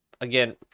again